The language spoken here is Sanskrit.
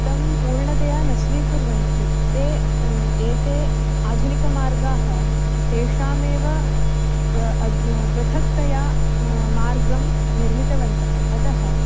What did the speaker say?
तं पूर्णतया न स्वीकुर्वन्ति ते एते आधुनिकमार्गाः तेषामेव पृथक्तया मार्गं निर्मितवन्तः अतः